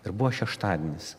ir buvo šeštadienis